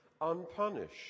unpunished